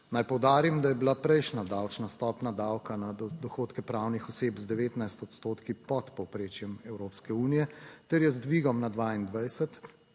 Naj poudarim, da je bila prejšnja davčna stopnja davka na dohodke pravnih oseb z 19 odstotki pod povprečjem Evropske unije ter je z dvigom na 22